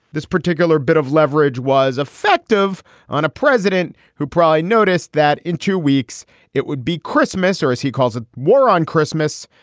this particular bit of leverage was effective on a president who proudly noticed that in two weeks it would be christmas or as he calls a war on christmas.